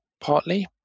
partly